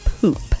poop